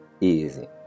easy